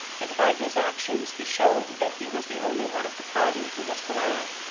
and by his actions he showed that he was the only one of the party who was glad.